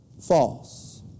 false